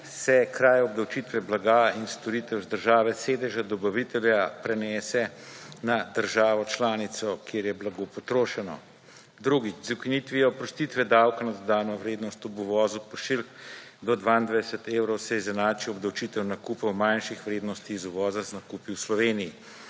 se kraj obdavčitve blaga in storitev z države sedeža dobavitelja prenese na državo članico, kjer je blago potrošeno. Drugič; z ukinitvijo oprostitve davka na dodano vrednost ob uvozu pošiljk do 22 evrov, se izenači obdavčitev nakupov manjših vrednosti iz uvoza z nakupi v Sloveniji.